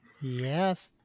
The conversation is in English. Yes